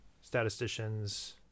statisticians